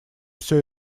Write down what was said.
все